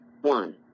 one